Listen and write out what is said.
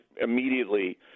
immediately